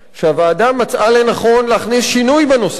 שהוועדה מצאה לנכון להכניס שינוי בנושא הזה